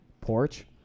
porch